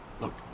Look